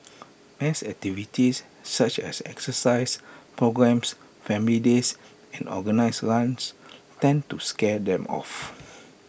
mass activities such as exercise programmes family days and organised runs tend to scare them off